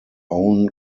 own